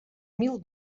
mil